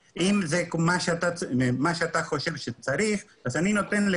מה שאתה דיברת על חברת מילגם, אני מבין שזה קשור